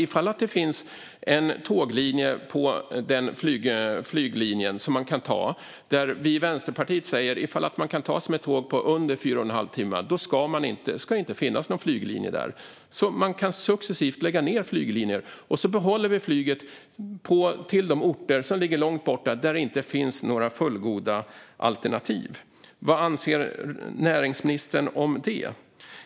Ifall det finns en tåglinje och man kan ta sig med tåg på under fyra och en halv timme säger vi i Vänsterpartiet att det inte ska finnas någon flyglinje där. På det sättet kan man successivt lägga ned flyglinjer, och så behåller vi flyget till de orter som ligger långt borta och där det inte finns några fullgoda alternativ. Vad anser näringsministern om det?